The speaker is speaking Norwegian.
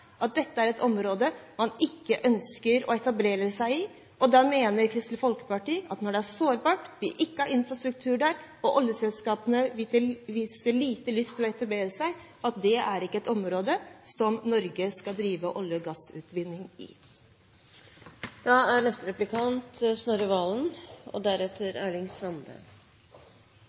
at dette er et område man ikke ønsker å etablere seg i. Da mener Kristelig Folkeparti at når det er sårbart, når vi ikke har infrastruktur der, og når oljeselskapene viser liten lyst til å etablere seg der, så er ikke dette et område som Norge skal drive olje- og gassutvinning